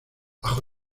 bajo